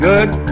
Good